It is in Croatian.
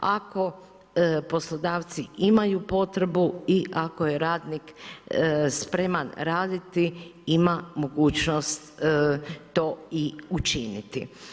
Ako poslodavci imaju potrebu i ako je radnik spreman raditi, ima mogućnost to i učiniti.